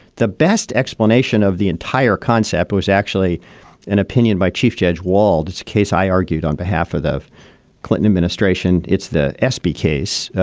the best explanation of the entire concept was actually an opinion by chief judge walt. it's a case i argued on behalf of the clinton administration. it's the s p. case,